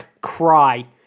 cry